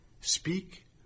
Speak